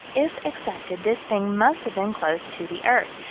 if accepted, this thing must have been close to the earth.